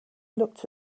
looked